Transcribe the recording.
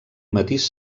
matís